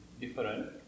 different